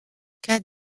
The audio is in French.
cas